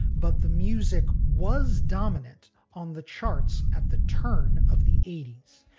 but the music was dominant on the charts at the turn of the eighty s.